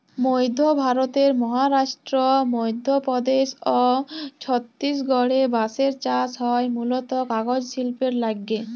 মইধ্য ভারতের মহারাস্ট্র, মইধ্যপদেস অ ছত্তিসগঢ়ে বাঁসের চাস হয় মুলত কাগজ সিল্পের লাগ্যে